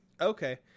Okay